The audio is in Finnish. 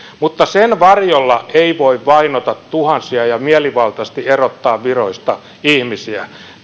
mutta sen varjolla ei voi vainota tuhansia ja mielivaltaisesti erottaa viroista ihmisiä